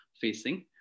facing